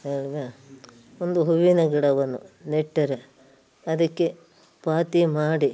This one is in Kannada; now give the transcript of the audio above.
ಈವಾಗ ಒಂದು ಹೂವಿನ ಗಿಡವನ್ನು ನೆಟ್ಟರೆ ಅದಕ್ಕೆ ಪಾತಿ ಮಾಡಿ